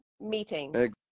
Meeting